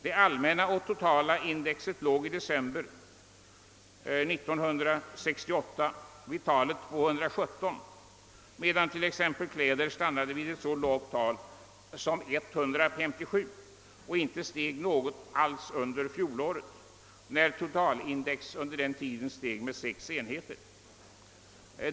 Det allmänna och totala index låg i december 1968 vid talet 217, medan t.ex. index för kläder stannade vid ett så lågt tal som 157. Inte heller steg detta alls under fjolåret, då totalindex ökade med 6 enheter.